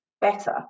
better